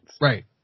Right